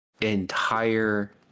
Entire